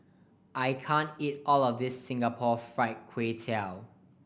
I can't eat all of this Singapore Fried Kway Tiao